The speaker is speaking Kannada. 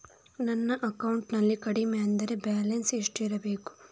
ನನ್ನ ಅಕೌಂಟಿನಲ್ಲಿ ಕಡಿಮೆ ಅಂದ್ರೆ ಬ್ಯಾಲೆನ್ಸ್ ಎಷ್ಟು ಇಡಬೇಕು?